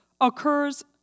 occurs